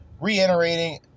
reiterating